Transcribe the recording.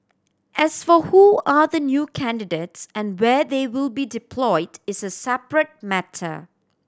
as for who are the new candidates and where they will be deployed is a separate matter